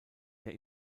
der